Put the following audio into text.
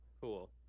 Cool